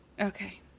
Okay